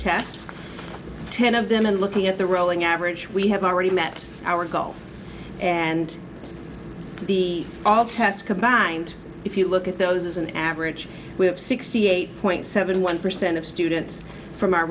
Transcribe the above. tests ten of them and looking at the rolling average we have already met our goal and the all tests combined if you look at those as an average we have sixty eight point seven one percent of students from our